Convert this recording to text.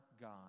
God